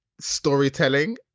storytelling